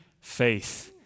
faith